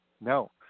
No